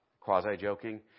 quasi-joking